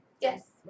yes